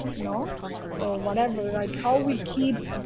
you know or whatever, like how we keep